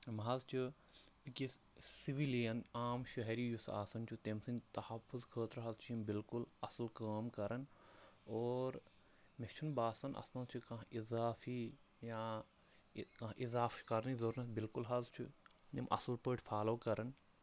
یِم حظ چھِ أکِس سِوِلین عام شہری یُس آسان چھُ تٔمۍ سٕنٛدۍ تَحفُظ خٲطرٕ حظ چھِ یِم بِلکُل اَصٕل کٲم کَران اور مےٚ چھُنہٕ باسان اَتھ منٛز چھِ کانٛہہ اِضافی یا کانٛہہ اِضافہٕ کَرنٕچ ضوٚرَتھ بالکُل حظ چھُ یِم اَصٕل پٲٹھۍ فالو کَران